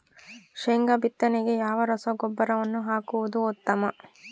ಶೇಂಗಾ ಬಿತ್ತನೆಗೆ ಯಾವ ರಸಗೊಬ್ಬರವನ್ನು ಹಾಕುವುದು ಉತ್ತಮ?